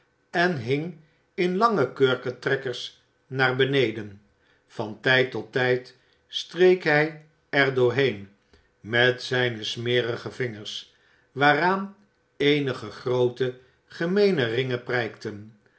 en hing in lange kurketrekkers naar beneden van tijd tot tijd streek hij er doorheen met zijne smerige vingers waaraan eenige groote gemeene ringen prijkten